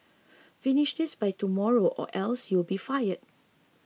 finish this by tomorrow or else you'll be fired